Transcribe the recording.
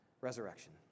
resurrection